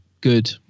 good